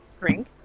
Drink